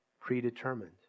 predetermined